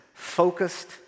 focused